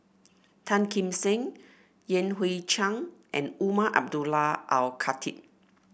Tan Kim Seng Yan Hui Chang and Umar Abdullah Al Khatib